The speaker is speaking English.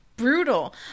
brutal